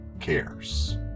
cares